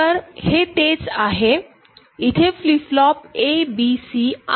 तर हे तेच आहे तर इथे फ्लिप फ्लॉप ABC आहेत